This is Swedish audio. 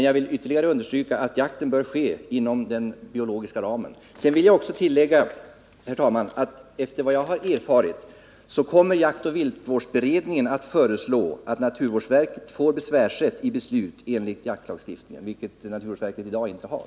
Jag vill ytterligare understryka att jakten bör ske inom den biologiska ramen. Sedan vill jag, herr talman, tillägga att enligt vad jag har erfarit kommer jaktoch viltvårdsberedningen att föreslå att naturvårdsverket skall få besvärsrätt i beslut enligt jaktlagstiftningen, vilket naturvårdsverket i dag inte har.